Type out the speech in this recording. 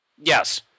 Yes